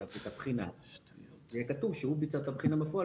את הבחינה וכתוב שהוא ביצע את הבחינה בפועל